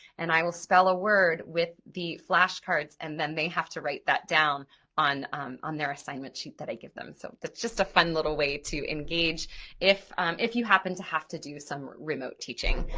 and i will spell a word with the flashcards and then they have to write that down on on their assignment sheet that i give them. so that's just a fun little way to engage if if you happen to have to do some remote teaching.